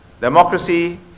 Democracy